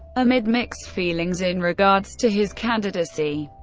amid mixed feelings in regards to his candidacy.